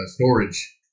storage